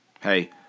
Hey